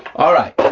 all right,